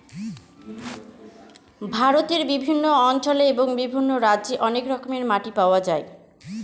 ভারতের বিভিন্ন অঞ্চলে এবং বিভিন্ন রাজ্যে অনেক রকমের মাটি পাওয়া যায়